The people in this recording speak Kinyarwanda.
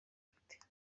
mfite